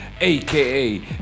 aka